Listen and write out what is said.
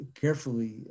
carefully